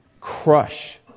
Crush